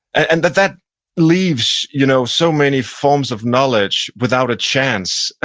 and that that leaves you know so many forms of knowledge without a chance,